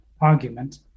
argument